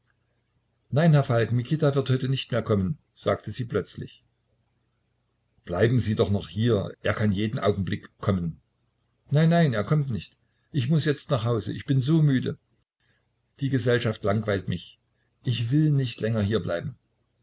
nein herr falk mikita wird heute nicht mehr kommen sagte sie plötzlich bleiben sie doch noch hier er kann jeden augenblick kommen nein nein er kommt nicht ich muß jetzt nach hause ich bin so müde die gesellschaft langweilt mich ich will nicht länger hier bleiben